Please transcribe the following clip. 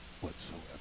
whatsoever